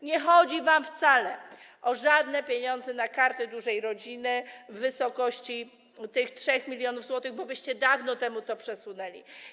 Nie chodzi wam wcale o żadne pieniądze na Kartę Dużej Rodziny w wysokości 3 mln zł, bo wyście dawno temu to przesunęli.